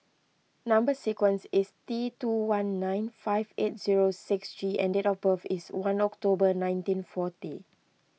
Number Sequence is T two one nine five eight zero six G and date of birth is one October nineteen forty